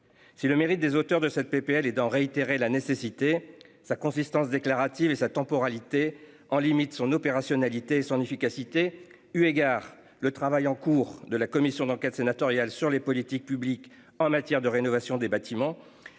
Si le mérite des auteurs de cette PPL dans réitéré la nécessité sa consistance déclarative et sa temporalité en limite son opérationnalité son efficacité. Eu égard le travail en cours de la commission d'enquête sénatoriale sur les politiques publiques en matière de rénovation des bâtiments